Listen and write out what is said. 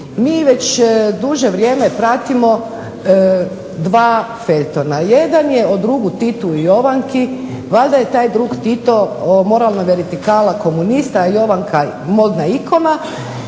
mi već duže vrijeme pratimo dva feljtona, jedan je o drugu Titu i Jovanki, valjda je taj drug Tito moralna vertikala komunista, a Jovanka modna ikona